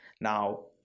Now